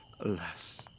Alas